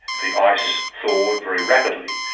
the ice thawed very rapidly,